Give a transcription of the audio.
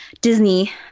Disney